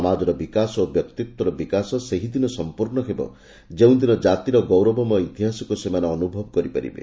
ସମାଜର ବିକାଶ ଓ ବ୍ୟକ୍ତିତ୍ୱର ବିକାଶ ସେହି ଦିନ ସମ୍ମୂର୍ଶ୍ଚ ହେବ ଯେଉଁଦିନ ଜାତିର ଗୌରବମୟ ଇତିହାସକୁ ସେମାନେ ଅନୁଭବ କରିପାରିବେ